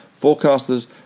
forecasters